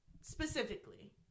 specifically